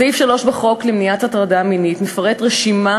סעיף 3 בחוק למניעת הטרדה מינית מפרט רשימה